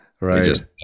Right